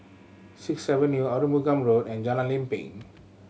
Sixth Avenue Arumugam Road and Jalan Lempeng